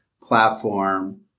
platform